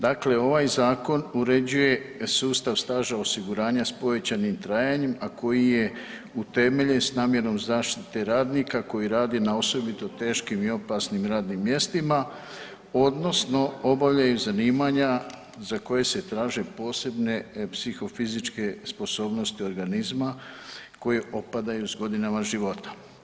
Dakle, ovaj zakon uređuje sustav staža osiguranja s povećanim trajanjem, a koji je utemeljen s namjerom zaštite radnika koji rade na osobito teškim i opasnim radnim mjestima odnosno obavljaju zanimanja za koje se traže posebne psihofizičke sposobnosti organizma koje opadaju s godinama života.